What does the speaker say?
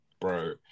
bro